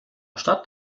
stadt